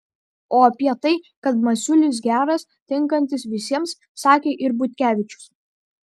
o apie tai kad masiulis geras tinkantis visiems sakė ir butkevičius